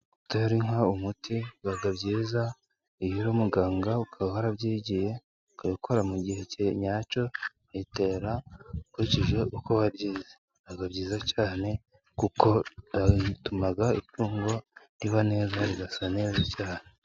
Gutera inka umuti biba byiza, iyo uri muganga ukaba warabyigiye ukabikora mu gihe nyacyo uyitera ukurikije uko wabyize. Biba byiza cyane kuko bituma itungo riba neza rigasa neza cyane.